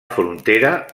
frontera